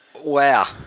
Wow